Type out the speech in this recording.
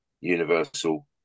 universal